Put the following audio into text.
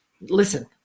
listen